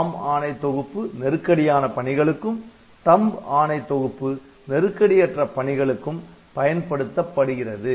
ARM ஆணை தொகுப்பு நெருக்கடியான பணிகளுக்கும் THUMB ஆணை தொகுப்பு நெருக்கடியற்ற பணிகளுக்கும் பயன்படுத்தப்படுகிறது